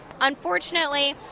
unfortunately